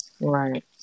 Right